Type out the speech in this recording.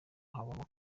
habaho